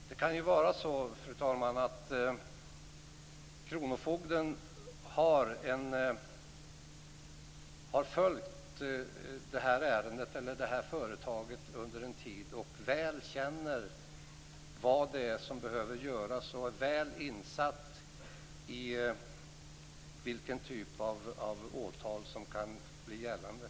Fru talman! Det kan ju vara så kronofogden har följt företaget under en tid och väl känner vad det är som behöver göras och är väl insatt i vilken typ av åtal det kan bli fråga om.